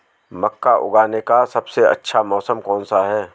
मक्का उगाने का सबसे अच्छा मौसम कौनसा है?